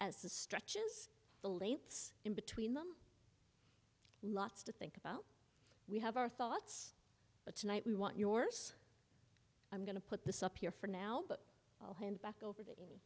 as the stretches the lengths in between them lots to think about we have our thoughts but tonight we want yours i'm going to put this up here for now but i'll hand back over